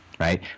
Right